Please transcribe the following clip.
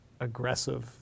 aggressive